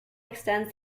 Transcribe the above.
extends